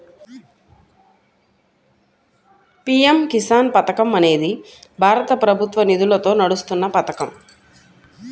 PM Kisan పథకం అనేది భారత ప్రభుత్వ నిధులతో నడుస్తున్న పథకం